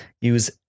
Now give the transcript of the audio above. use